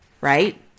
right